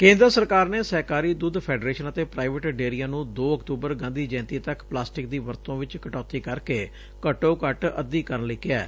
ਕੇਂਦਰ ਸਰਕਾਰ ਨੇ ਸਹਿਕਾਰੀ ਦੁੱਧ ਫੈਡਰੇਸ਼ਨ ਅਤੇ ਪ੍ਰਾਈਵੇਟ ਡੇਅਰੀਆਂ ਨੂੰ ਦੋ ਅਕੜੁਬਰ ਗਾਂਧੀ ਜਯੰਤੀ ਤੱਕ ਪਲਾਸਟਿਕ ਦੀ ਵਰਤੋ' ਵਿਚ ਕਟੌਤੀ ਕਰਕੇ ਘੱਟੋ ਘੱਟ ਅੱਧੀ ਕਰਨ ਲਈ ਕਿਹੈ